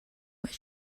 what